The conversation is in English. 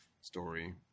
story